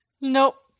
Nope